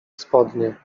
spodnie